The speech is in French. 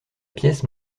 pièce